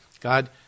God